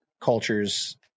culture's